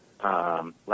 Last